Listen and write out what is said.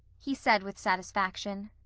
he said with satisfaction.